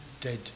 dead